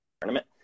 tournament